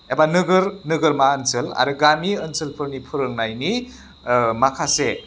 एबा नोगोर नोगोरमा ओनसोल आरो गामि ओनसोलफोरनि फोरोंनायनि माखासे